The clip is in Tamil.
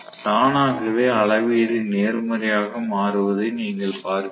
தானாகவே அளவீடு நேர்மறையாக மாறுவதை நீங்கள் பார்ப்பீர்கள்